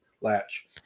latch